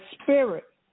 spirit